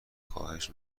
خواهش